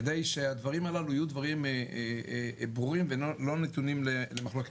כדי שהדברים הללו יהיו דברים ברורים ולא נתונים למחלוקת.